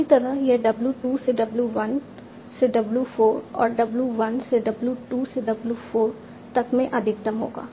इसी तरह यह w 2 से w 1 से w 4 और w 1 से w 2 से w 4 तक में अधिकतम होगा